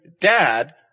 dad